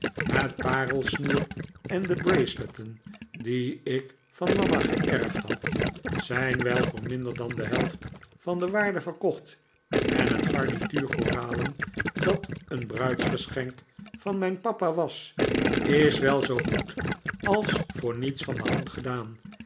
het parelsnoer en de braceletten die ik van mama geerfd had zijn wel voor minder dan de helft van de waarde verkocht eft het garnituur koralen dat een bruidsgeschenk van mijn papa was is wel zoo goed als voor niets van de hand gedaan